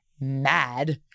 mad